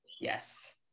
Yes